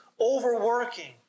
overworking